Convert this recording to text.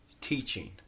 teaching